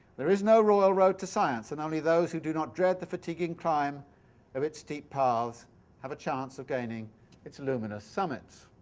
there is no royal road to science and only those who do not dread the fatiguing climb of its steep paths have a chance of gaining its luminous summits.